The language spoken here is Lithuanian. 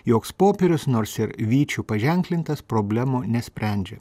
joks popierius nors ir vyčiu paženklintas problemų nesprendžia